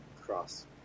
Cross